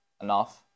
enough